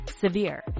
Severe